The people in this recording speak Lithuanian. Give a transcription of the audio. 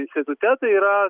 institute tai yra